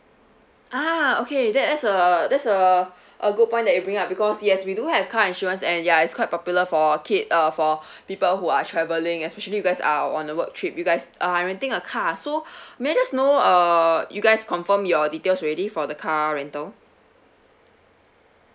ah okay that's a that's uh a good point that you bring up because yes we do have car insurance and ya it's quite popular for kid uh for people who are travelling especially you guys are on a work trip you guys are renting a car so may I just know uh you guys confirm your details already for the car rental